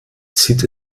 zieht